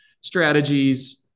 strategies